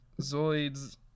Zoids